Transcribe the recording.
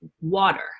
water